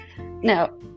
now